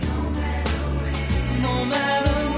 no no no no